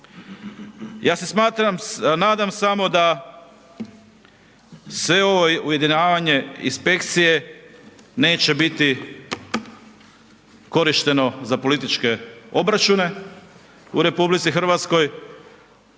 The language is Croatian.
Ja se nadam samo da se ovo ujedinjavanje inspekcije neće biti korišteno za političke obračune u RH, što